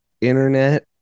internet